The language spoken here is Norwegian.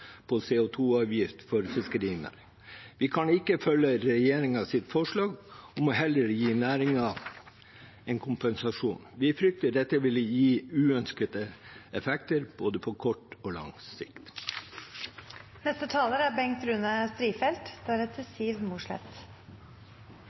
2 -avgift for fiskeriene. Vi kan ikke følge regjeringens forslag om heller å gi næringen en kompensasjon. Vi frykter dette vil gi uønskede effekter på både kort og lang